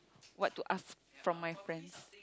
what to ask from my friends